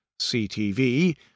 CTV